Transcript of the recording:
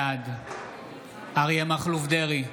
בעד אריה מכלוף דרעי,